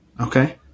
Okay